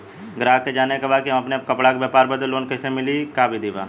गराहक के जाने के बा कि हमे अपना कपड़ा के व्यापार बदे लोन कैसे मिली का विधि बा?